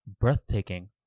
breathtaking